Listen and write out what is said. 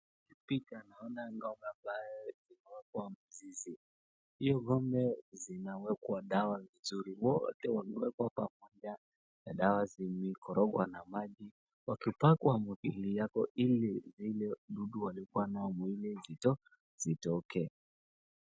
Kupita naona mboga ambaye imewekwa mzizi, hiyo ngombe zinawekwa dawa vizuri, wote wamewekwa pamoja na dawa zimekorogwa na maji wakipakwa matoli yako ili zile dudu walikua nao mwilini zitoke